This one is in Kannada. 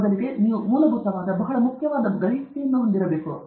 ಮೊದಲಿಗೆ ನೀವು ಮೂಲಭೂತವಾದ ಬಹಳ ಮುಖ್ಯವಾದ ಗ್ರಹಿಕೆಯನ್ನು ಹೊಂದಿರಬೇಕು